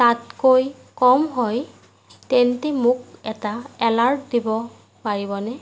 তাতকৈ কম হয় তেন্তে মোক এটা এলাৰ্ট দিব পাৰিবনে